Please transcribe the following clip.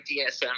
DSM